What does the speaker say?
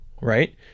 right